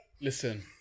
Listen